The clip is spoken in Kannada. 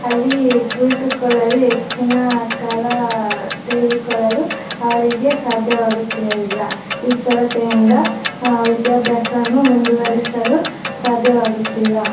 ಅಲ್ಲಿ ಕುಳಿತುಕೊಳ್ಳಲು ಹೆಚ್ಚಿನ ಕಾಲ ತೆಗೆದುಕೊಳ್ಳಲು ಅವರಿಗೆ ಸಾಧ್ಯವಾಗುತ್ತಿರಲಿಲ್ಲ ಈ ಕೊರತೆಯಿಂದ ವಿದ್ಯಾಭ್ಯಾಸವನ್ನು ಮುಂದುವರಿಸಲು ಸಾಧ್ಯವಾಗುತ್ತಿಲ್ಲ